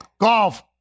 golf